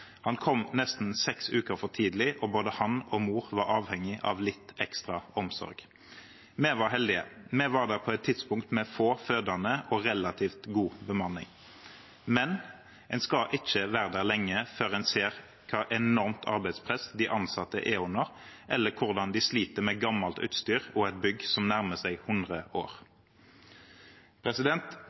Han kom nesten seks uker for tidlig, og både han og moren var avhengig av litt ekstra omsorg. Vi var heldige. Vi var der på et tidspunkt med få fødende og relativt god bemanning. Men en skal ikke være der lenge før en ser hvilket enormt arbeidspress de ansatte er under, eller hvordan de sliter med gammelt utstyr og et bygg som nærmer seg 100 år.